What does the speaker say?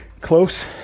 close